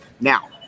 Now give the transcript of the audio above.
now